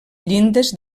llindes